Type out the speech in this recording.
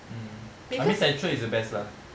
mm I mean central is the best lah